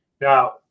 Now